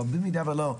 אבל במידה ולא,